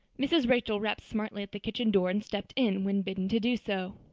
mrs. rachel rapped smartly at the kitchen door and stepped in when bidden to do so.